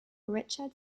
richard